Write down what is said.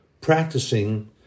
practicing